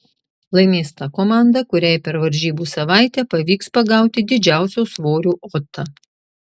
laimės ta komanda kuriai per varžybų savaitę pavyks pagauti didžiausio svorio otą